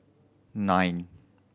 nine